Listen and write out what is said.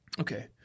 Okay